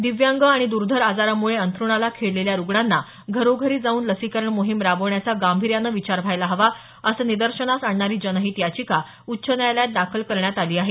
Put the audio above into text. दिव्यांग आणि दुर्धर आजारामुळे अंथरुणाला खिळलेल्या रुग्णांना घरोघरी जाऊन लसीकरण मोहीम राबवण्याचा गांभीर्यानं विचार व्हायला हवा असं निदर्शनास आणणारी जनहित याचिका उच्च न्यायालयात दाखल करण्यात आली आहे